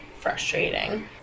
frustrating